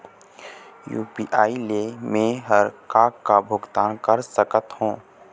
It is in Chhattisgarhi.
यू.पी.आई ले मे हर का का भुगतान कर सकत हो?